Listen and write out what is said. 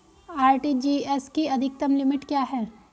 RTGS की अधिकतम limit क्या है?